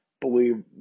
believe –